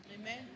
Amen